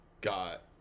got